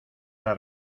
las